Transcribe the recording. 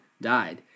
died